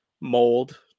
mold